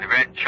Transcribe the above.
Red